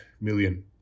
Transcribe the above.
million